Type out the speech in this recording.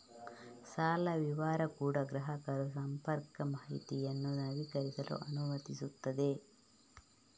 ಸಾಲ ವಿವರ ಕೂಡಾ ಗ್ರಾಹಕರು ಸಂಪರ್ಕ ಮಾಹಿತಿಯನ್ನು ನವೀಕರಿಸಲು ಅನುಮತಿಸುತ್ತದೆ